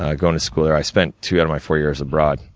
ah going to school there. i spent two of my four years abroad,